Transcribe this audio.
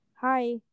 hi